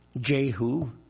Jehu